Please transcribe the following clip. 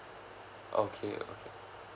okay okay